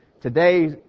Today